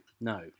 no